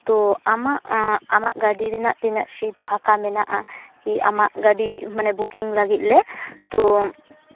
ᱛᱳ ᱟᱢᱟᱜ ᱟᱢᱟᱜ ᱜᱟᱹᱰᱤ ᱨᱮᱱᱟᱜ ᱛᱤᱱᱟᱹᱜ ᱥᱤᱴ ᱯᱷᱟᱸᱠᱟ ᱢᱮᱱᱟᱜᱼᱟ ᱠᱤ ᱟᱢᱟᱜ ᱜᱟᱹᱰᱤ ᱵᱩᱠᱤᱝ ᱞᱟᱹᱜᱤᱫ ᱞᱮ ᱛᱳ